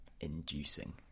Inducing